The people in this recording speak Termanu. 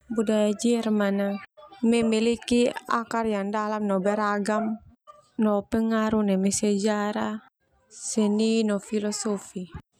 Budaya Jerman ah memiliki akar yang dalam no beragam no pengaruh neme sejarah, seni, no filosofi.